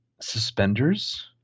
suspenders